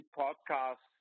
podcast